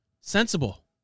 sensible